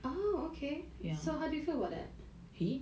oh okay so how do you feel about that